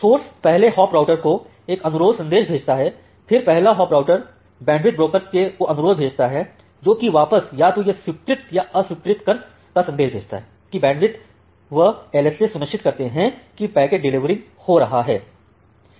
स्रोत पहले hop router को एक अनुरोध संदेश भेजता है फिर पहला हॉप राउटर बैंडविड्थ ब्रोकर को अनुरोध भेजता है जो कि वापस या तो यह स्वीकृति या अस्वीकृति का सन्देश भेजता है कि बैंडविड्थ एवं एसएलए सुनिश्चित करते हैं की पैकेट डेलिवेरिंग हो रहा है